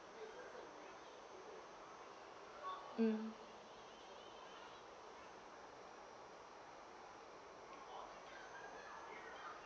um